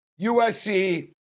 USC